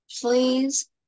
please